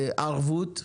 ערבות.